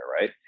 right